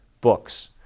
books